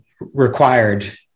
required